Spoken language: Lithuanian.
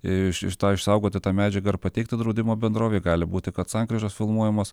iš iš to išsaugoti tą medžiagą ir pateikti draudimo bendrovei gali būti kad sankryžos filmuojamos